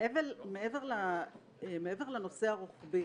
מעבר לנושא הרוחבי,